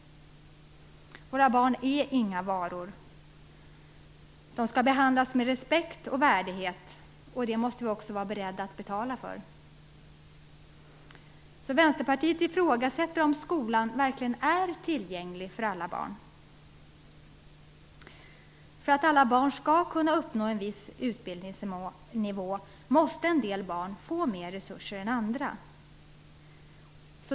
Våra barn är inga varor. De skall behandlas med respekt och värdighet, och det måste vi också vara beredda att betala för. Vänsterpartiet ifrågasätter om skolan verkligen är tillgänglig för alla barn. För att alla barn skall kunna uppnå en viss utbildningsnivå måste en del av dem få mer resurser än andra.